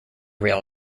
rail